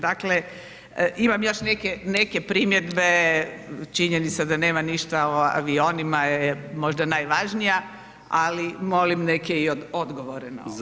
Dakle imam još neke primjedbe, činjenica da nema ništa o avionima je možda najvažnija ali molim neke i odgovore na ovo.